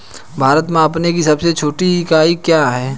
भार मापने की सबसे छोटी इकाई क्या है?